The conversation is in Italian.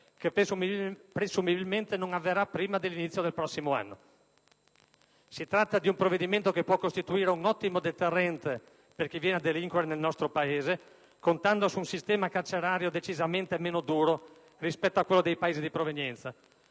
che presumibilmente non avverrà prima dell'inizio del prossimo anno. Si tratta di un provvedimento che può costituire un ottimo deterrente per chi viene a delinquere nel nostro Paese, contando su un sistema carcerario decisamente meno duro rispetto a quello dei Paesi di provenienza.